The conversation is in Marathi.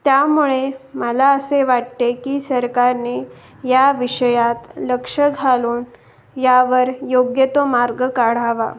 त्यामुळे मला असे वाटते की सरकारने या विषयात लक्ष घालून यावर योग्य तो मार्ग काढावा